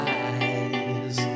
eyes